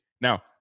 Now